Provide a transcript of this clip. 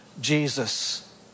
Jesus